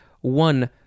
One